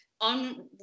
on